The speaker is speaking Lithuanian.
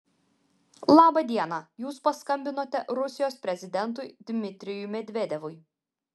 laba diena jūs paskambinote rusijos prezidentui dmitrijui medvedevui